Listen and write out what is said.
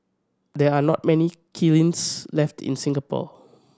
there are not many kilns left in Singapore